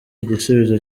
igisubizo